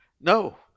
No